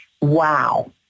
Wow